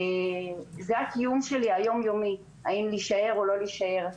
זה הקיום היום יומי שלי, האם להישאר או לא להישאר.